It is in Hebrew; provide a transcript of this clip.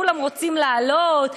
כולם רוצים לעלות,